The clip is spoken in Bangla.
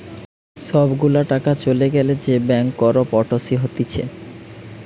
সব গুলা টাকা চলে গ্যালে যে ব্যাংকরপটসি হতিছে